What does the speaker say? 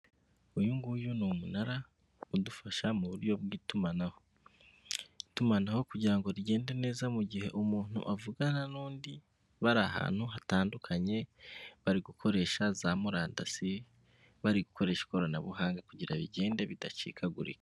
Uyu nguyu ni umunara udufasha mu buryo bw'itumanaho, itumanaho kugira rigende neza mu gihe umuntu avugana n'undi, bari ahantu hatandukanye bari gukoresha za murandasi, bari gukoresha ikoranabuhanga kugira bigende bidacikagurika.